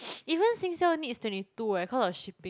even Singsale needs twenty two eh because of shipping